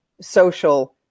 social